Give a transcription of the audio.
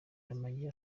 ndamage